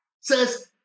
says